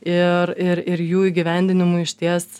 ir ir ir jų įgyvendinimui išties